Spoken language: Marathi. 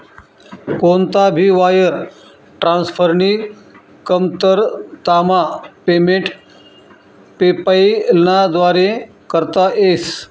कोणता भी वायर ट्रान्सफरनी कमतरतामा पेमेंट पेपैलना व्दारे करता येस